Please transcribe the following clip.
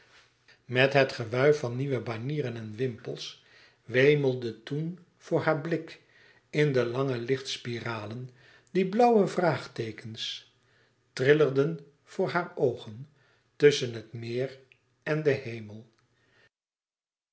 met het gewuif van nieuwe banieren en wimpels wemelde toen voor haar blik in de lange lichtspiralen die blauw trillerden voor hare oogen tusschen het meer en den hemel